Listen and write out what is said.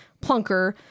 Plunker